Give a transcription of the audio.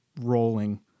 rolling